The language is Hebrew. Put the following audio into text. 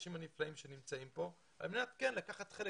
האנשים הנפלאים שנמצאים פה על מנת לקחת חלק.